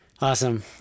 Awesome